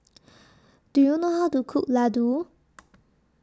Do YOU know How to Cook Ladoo